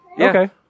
Okay